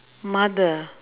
mother